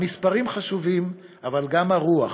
המספרים חשובים, אבל גם הרוח,